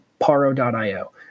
paro.io